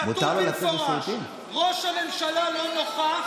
כתוב במפורש: ראש הממשלה לא נוכח,